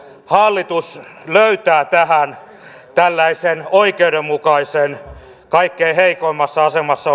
hallitus löytää tähän tällaisen oikeudenmukaisen ratkaisun kaikkein heikoimmassa asemassa